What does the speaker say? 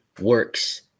works